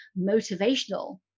motivational